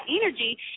energy